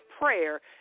prayer